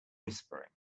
whispering